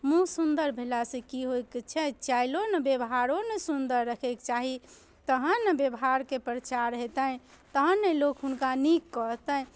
मूँह सुन्दर भेलासँ की होइके छै चालिओ ने व्यवहारो ने सुन्दर रहयके चाही तहन ने व्यवहारके प्रचार हेतनि तहन ने लोक हुनका नीक कहतनि